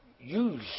use